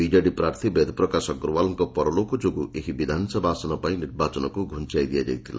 BJD ପ୍ରାର୍ଥୀ ବେଦପ୍ରକାଶ ଅଗ୍ର ଯୋଗୁଁ ଏହି ବିଧାନସଭା ଆସନ ପାଇଁ ନିର୍ବାଚନକୁ ଘୁଞାଇ ଦିଆଯାଇଥିଲା